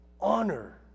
honor